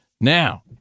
Now